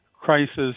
crisis